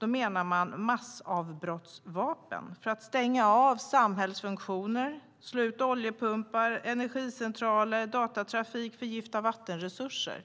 menar man massavbrottsvapen, det vill säga vapen för att stänga av samhällsfunktioner, till exempel att slå ut oljepumpar, stänga ned energicentraler, slå ut datatrafik eller att förgifta vattenresurser.